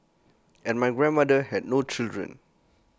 and my grandmother had no children